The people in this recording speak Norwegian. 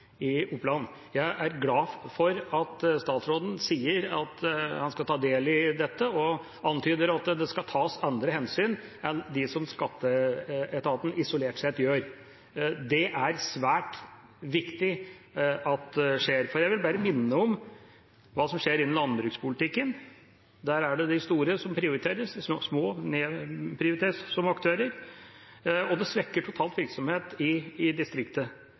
Oppland. Jeg er glad for at statsråden sier at han skal ta del i dette og antyder at det skal tas andre hensyn enn de som skatteetaten isolert sett gjør. Det er svært viktig at det skjer. Jeg vil bare minne om hva som skjer innenfor landbrukspolitikken. Der er det de store som prioriteres, de små nedprioriteres som aktører, og det svekker totalt sett virksomheten i